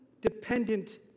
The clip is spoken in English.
dependent